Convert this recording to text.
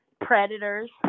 predators